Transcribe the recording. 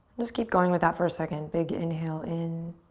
just keep going with that for a second. big inhale in.